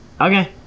Okay